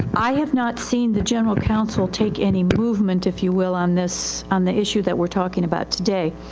i have not seen the general counsel take any movement, if you will, on this, on the issue that weire talking about today.